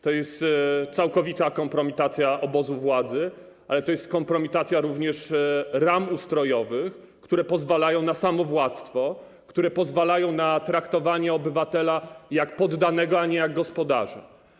To jest całkowita kompromitacja obozu władzy, ale to jest również kompromitacja ram ustrojowych, które pozwalają na samowładztwo, które pozwalają na traktowanie obywatela jak poddanego, a nie jak gospodarza.